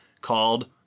called